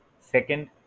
Second